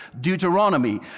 Deuteronomy